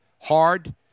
hard